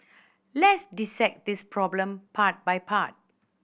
let's dissect this problem part by part